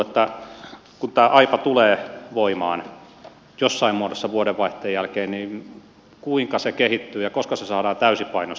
kun tämä aipa tulee voimaan jossain muodossa vuodenvaihteen jälkeen niin kuinka se kehittyy ja koska se saadaan täysipainoisesti toimimaan